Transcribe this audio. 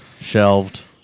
shelved